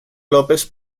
lópez